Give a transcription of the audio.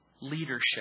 leadership